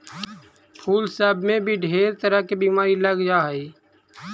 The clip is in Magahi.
फूल सब में भी ढेर तरह के बीमारी लग जा हई